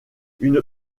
une